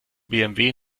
bmw